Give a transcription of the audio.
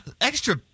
extra